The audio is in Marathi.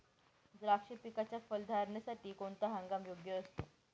द्राक्ष पिकाच्या फलधारणेसाठी कोणता हंगाम योग्य असतो?